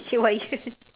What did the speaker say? haywire